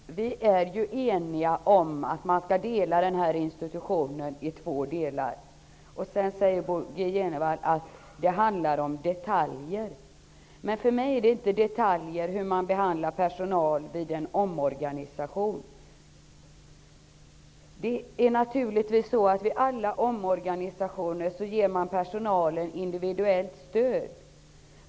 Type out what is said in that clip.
Herr talman! Vi är ju eniga om att man skall dela den här institutionen i två delar. Bo G Jenevall säger att det handlar om detaljer. Men för mig är inte sättet att behandla personal vid en omorganisation fråga om detaljer. Det är naturligtvis så, att personalen vid alla omorganisationer ges individuellt stöd.